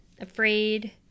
afraid